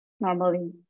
normally